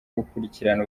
gukurikirana